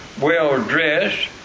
well-dressed